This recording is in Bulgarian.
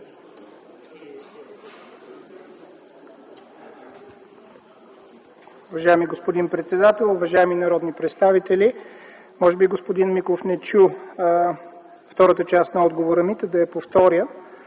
Уважаеми господин председател, уважаеми народни представители! Може би господин Миков не чу втората част на отговора ми, но ще я повторя.